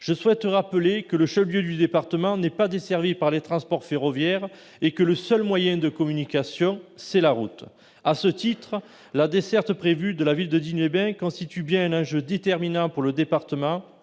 Je souhaite rappeler que le chef-lieu du département n'est pas desservi par les transports ferroviaires et que le seul moyen de communication est la route. À ce titre, la desserte prévue de la ville de Digne-les-Bains constitue bien un enjeu déterminant pour le département,